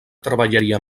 treballaria